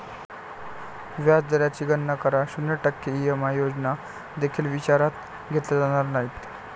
व्याज दराची गणना करा, शून्य टक्के ई.एम.आय योजना देखील विचारात घेतल्या जाणार नाहीत